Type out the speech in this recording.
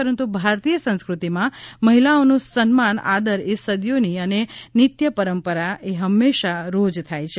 પરંતુ ભારતીય સંસ્કૃતિમાં મહિલાઓનું સન્માન આદર એ સદીઓની અને નિત્ય પરમ્પરા એ હમેશા રોજ થાય છે